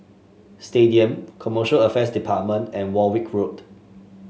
Stadium Commercial Affairs Department and Warwick Road